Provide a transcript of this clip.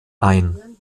ein